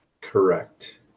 Correct